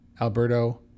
Alberto